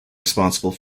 responsible